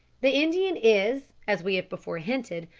the indian is, as we have before hinted,